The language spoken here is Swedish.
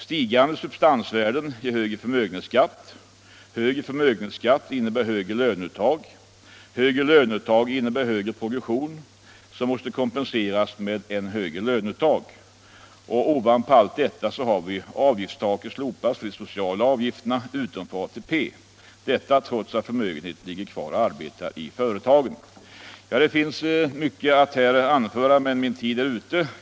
Stigande substansvärden ger högre förmögenhetsskatt, högre förmögenhetsskatt innebär högre löneuttag, högre löneuttag innebär högre progression som måste kompenseras med än högre löneuttag. Ovanpå allt detta har vi att avgiftstaket lyfts bort för de sociala avgifterna utom för ATP, detta trots att förmögenheten ligger kvar och arbetar i företaget. Det finns mycket att anföra, men min repliktid är ute.